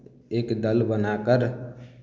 एक दल बनाकर